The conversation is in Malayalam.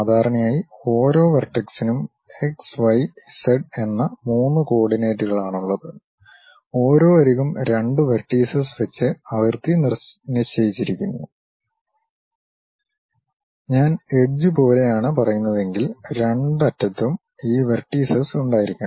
സാധാരണയായി ഓരോ വെർടെക്സിനും എക്സ് വൈ ഇസഡ് എന്ന 3 കോർഡിനേറ്റുകളാണുള്ളത് ഓരോ അരികും രണ്ട് വെർടീസസ് വെച്ച് അതിർത്തി നിശ്ചയിച്ചിരിക്കുന്നു ഞാൻ എഡ്ജ് പോലെയാണ് പറയുന്നതെങ്കിൽ രണ്ട് അറ്റത്തും ഈ വെർടീസസ് ഉണ്ടായിരിക്കണം